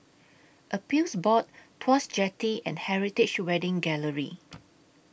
Appeals Board Tuas Jetty and Heritage Wedding Gallery